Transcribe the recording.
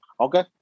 Okay